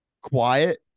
quiet